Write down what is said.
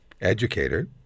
educator